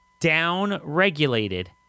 Down-regulated